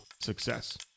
success